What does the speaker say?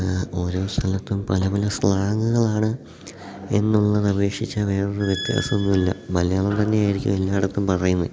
ഓരോ സ്ഥലത്തും പല പല സ്ലാങ്ങുകളാണ് എന്നുള്ളത് അപേക്ഷിച്ചാൽ വേറൊരു വ്യത്യാസം ഒന്നുമില്ല മലയാളം തന്നെയായിരിക്കും എല്ലായിടത്തും പറയുന്നത്